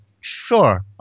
Sure